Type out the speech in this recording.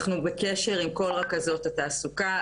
אנחנו בקשר עם כל רכזות התעסוקה,